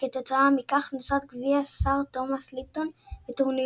וכתוצאה מכך נוסד גביע סר תומאס ליפטון בטורינו